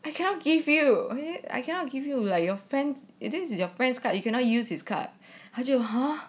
I cannot give you I cannot give you like your friend is this your friends card you cannot use his card 他就 !huh!